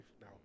now